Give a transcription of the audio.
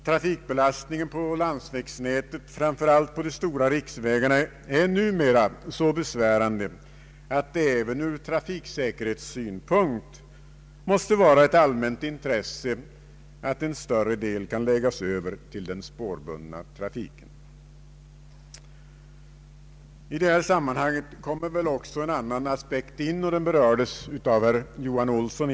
Trafikbelastningen på landsvägsnätet, framför allt på de stora riksvägarna, är numera så besvärande att det även ur trafiksäkerhetssynpunkt måste vara ett allmänt intresse att en större del kan läggas över till den spårbundna trafiken. I det här sammanhanget kommer väl också en annan aspekt in, som berördes av herr Johan Olsson.